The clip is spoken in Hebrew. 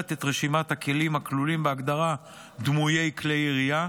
את רשימת הכלים הכלולים בהגדרה "דמויי כלי ירייה"